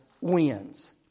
wins